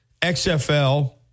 XFL